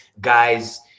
Guys